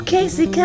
Casey